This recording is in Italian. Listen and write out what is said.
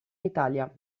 italia